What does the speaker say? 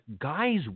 guys